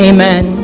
Amen